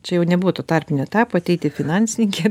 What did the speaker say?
čia jau nebuvo to tarpinio etapo ateiti finansininke